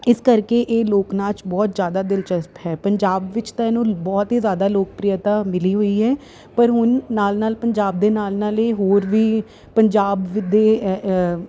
ਇਸ ਕਰਕੇ ਇਹ ਲੋਕ ਨਾਚ ਬਹੁਤ ਜ਼ਿਆਦਾ ਦਿਲਚਸਪ ਹੈ ਪੰਜਾਬ ਵਿੱਚ ਤਾਂ ਇਹਨੂੰ ਬਹੁਤ ਹੀ ਜ਼ਿਆਦਾ ਲੋਕਪ੍ਰਿਅਤਾ ਮਿਲੀ ਹੋਈ ਹੈ ਪਰ ਹੁਣ ਨਾਲ ਨਾਲ ਪੰਜਾਬ ਦੇ ਨਾਲ ਨਾਲ ਇਹ ਹੋਰ ਵੀ ਪੰਜਾਬ ਦੇ